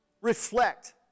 reflect